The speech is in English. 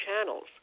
channels